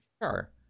Sure